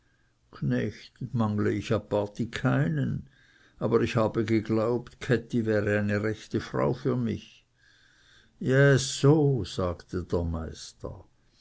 mangle ich aparti keinen sagte uli aber ich habe geglaubt käthi wäre eine rechte frau für mich jä so sagte der meister